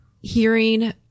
hearing